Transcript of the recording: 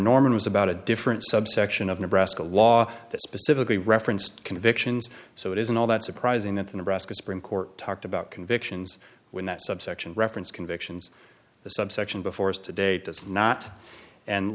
norman was about a different subsection of nebraska law specifically referenced convictions so it isn't all that surprising that the nebraska supreme court talked about convictions when that subsection reference convictions the subsection before us today does not and